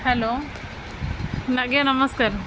hello ଆଜ୍ଞା ନମସ୍କାର